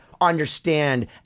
understand